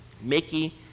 Mickey